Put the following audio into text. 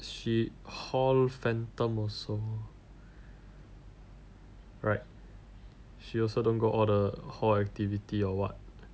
she hall phantom also right she also don't go all the hall activities or what